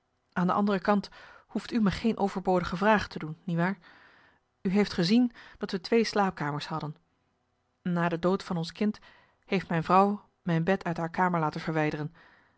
aan de andere kant hoeft u me geen overbodige vragen te doen niewaar u heeft gezien dat we twee slaapkamers hadden na de dood van ons kind heeft mijn vrouw mijn bed uit haar kamer laten verwijderen